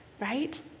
right